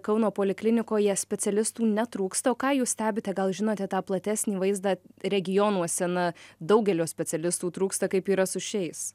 kauno poliklinikoje specialistų netrūksta o ką jūs stebite gal žinote tą platesnį vaizdą regionuose na daugelio specialistų trūksta kaip yra su šiais